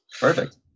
perfect